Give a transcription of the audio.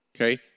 Okay